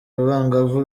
abangavu